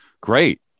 Great